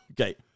Okay